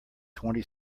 twenty